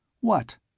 What